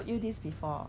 I will check later